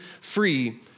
free